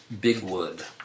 Bigwood